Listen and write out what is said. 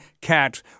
cat